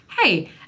hey